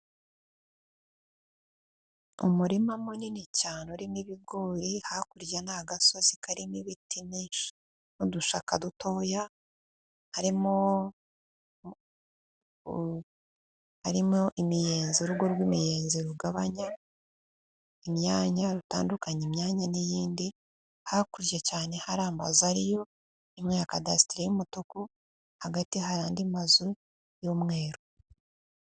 Umurima munini cyane urimo ibigori hakurya ni agasozi karimo ibiti byinshi n'uduhsaka dutoya, harimo imiyenzi urugo rw'imiyenzi rugabanya imyanya rutandukanya imyanya n'iyindi, hakurya cyane hari amazu ariyo, imwe ya kadasiteri y'umutuku, hagati hari andi mazu y'umweru.